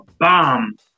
bomb